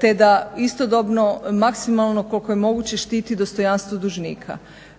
te da istodobno maksimalno koliko je moguće štiti dostojanstvo dužnika.